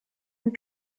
and